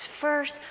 first